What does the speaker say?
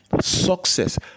Success